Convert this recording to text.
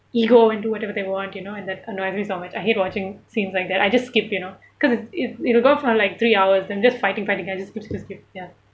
ego and do whatever they want you know and that annoys me so much I hate watching scenes like that I just skip you know because it it it'll go for like three hours then just fighting fighting fighting I just skip skip skip ya